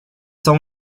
sau